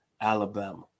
alabama